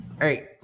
Hey